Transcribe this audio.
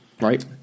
right